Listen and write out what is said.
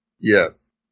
Yes